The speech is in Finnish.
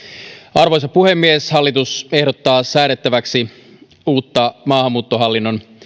arvoisa puhemies hallitus ehdottaa säädettäväksi uutta maahanmuuttohallinnon